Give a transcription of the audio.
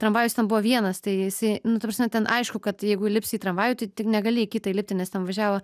tramvajus ten buvo vienas tai jisai nu ta prasme ten aišku kad jeigu įlipsi į tramvajų tai tik negali į kitą lipti nes ten važiavo